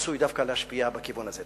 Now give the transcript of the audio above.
עשוי דווקא להשפיע בכיוון הזה.